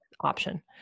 option